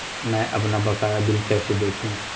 मैं अपना बकाया बिल कैसे देखूं?